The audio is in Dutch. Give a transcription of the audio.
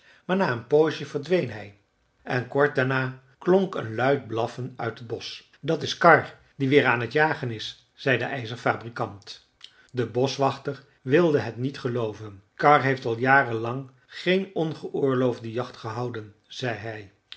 maar na een poosje verdween hij en kort daarna klonk een luid blaffen uit het bosch dat is karr die weer aan t jagen is zei de ijzerfabrikant de boschwachter wilde het niet gelooven karr heeft al jaren lang geen ongeoorloofde jacht gehouden zei hij